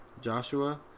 Joshua